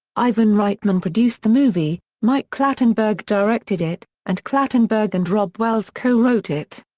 ivan reitman produced the movie, mike clattenburg directed it, and clattenburg and robb wells co-wrote it.